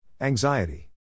Anxiety